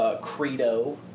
Credo